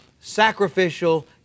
sacrificial